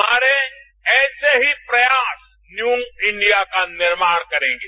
हमारे ऐसे ही प्रयास न्यू इंडिया का निर्माण करेंगे